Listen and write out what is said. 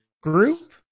group